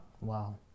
Wow